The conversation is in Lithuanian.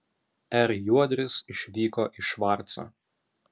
r juodris išvyko į švarcą